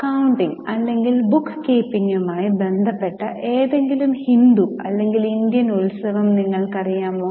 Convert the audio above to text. accounting അല്ലെങ്കിൽ book കീപ്പിംഗുമായി ബന്ധപ്പെട്ട ഏതെങ്കിലും ഹിന്ദു അല്ലെങ്കിൽ ഇന്ത്യൻ ഉത്സവം നിങ്ങൾക്കറിയാമോ